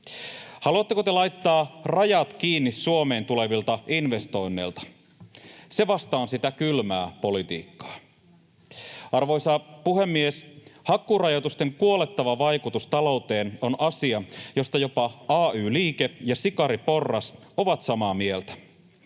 Haluatteko te laittaa rajat kiinni Suomeen tulevilta investoinneilta? Se vasta on sitä kylmää politiikkaa. Arvoisa puhemies! Hakkuurajoitusten kuolettava vaikutus talouteen on asia, josta jopa ay-liike ja sikariporras ovat samaa mieltä.